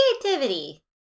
creativity